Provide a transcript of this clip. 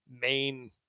main